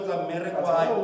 America